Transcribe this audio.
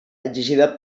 exigida